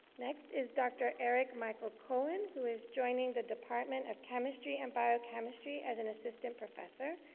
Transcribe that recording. next is dr. eric michael koehn, who is joining the department of chemistry and biochemistry as an assistant professor.